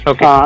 Okay